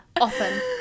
often